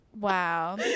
Wow